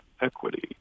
equity